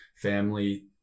family